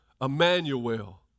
Emmanuel